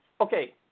Okay